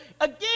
again